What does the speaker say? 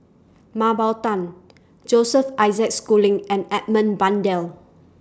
Mah Bow Tan Joseph Isaac Schooling and Edmund Blundell